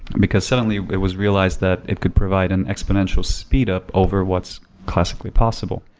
because suddenly, it was realized that it could provide an exponential speedup over what's classically possible.